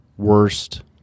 worst